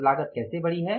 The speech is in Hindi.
तो लागत कैसे बढ़ी है